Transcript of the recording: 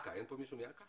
פה מישהו מאכ"א?